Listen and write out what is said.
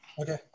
Okay